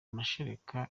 amashereka